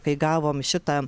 kai gavom šitą